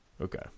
Okay